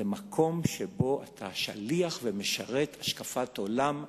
זה מקום שבו אתה שליח, ומשרת השקפת עולם ודרך,